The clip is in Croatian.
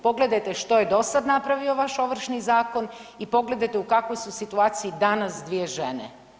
Pogledajte što je dosad napravio vaš Ovršni zakon i pogledajte u kakvoj su situaciji danas dvije žene.